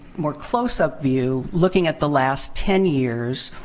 more close up view. looking at the last ten years.